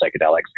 psychedelics